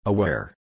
Aware